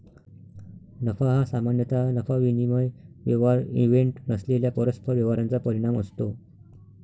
नफा हा सामान्यतः नफा विनिमय व्यवहार इव्हेंट नसलेल्या परस्पर व्यवहारांचा परिणाम असतो